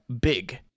big